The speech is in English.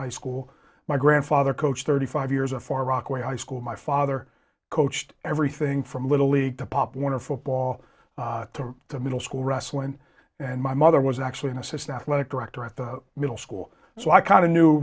high school my grandfather coached thirty five years of far rockaway high school my father coached everything from little league to pop warner football to the middle school wrestling and my mother was actually an assistant director at the middle school so i kind of knew